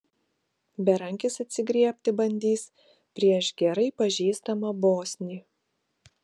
berankis atsigriebti bandys prieš gerai pažįstamą bosnį